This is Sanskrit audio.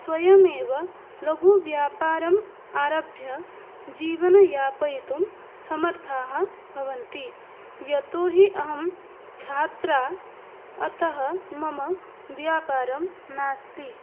स्वयमेव लघुव्यापारम् आरभ्य जीवनं यापयितुं समर्थाः भवन्ति यतोऽहि अहं छात्रा अतः मम व्यापारं नास्ति